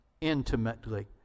intimately